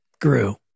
grew